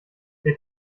der